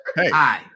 hi